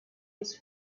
his